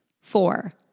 Four